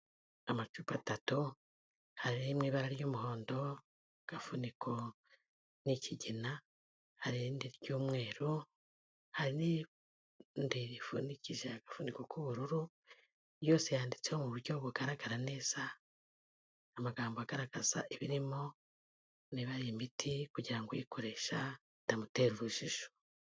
Amacupa atatu, hari iriri mu ibara ry'umuhondo gafuniko ni ikigina, hari irindi ry'umweru, hari nirindi rifunikishije agafuniko k'ubururu, yose yanditseho mu buryo bugaragara neza, amagambo agaragaza ibirimo ibari imiti kugira ngo uyikoresha bitamutera urujijo.